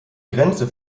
grenze